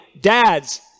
dads